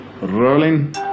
Rolling